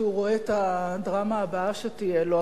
כי הוא רואה את הדרמה הבאה שתהיה לו,